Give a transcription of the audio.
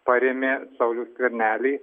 parėmė saulių skvernelį